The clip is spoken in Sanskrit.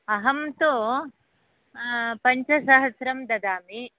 अहं तु पञ्चसहस्रं ददामि